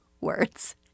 words